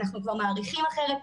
אנחנו כבר מעריכים אחרת,